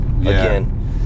again